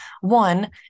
one